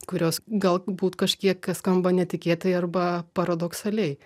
kurios galbūt kažkiek skamba netikėtai arba paradoksaliai